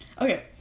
Okay